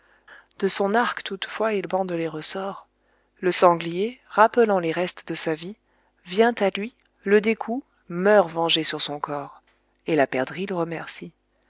de son arc toutefois il bande les ressorts le sanglier rappelant les restes de sa vie vient à lui le découd meurt vengé sur son corps et la perdrix le remercie